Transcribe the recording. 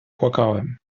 płakałem